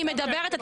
אני מדברת,